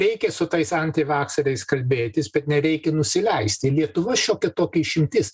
reikia su tais antivakseriais kalbėtis bet nereikia nusileisti lietuva šiokia tokia išimtis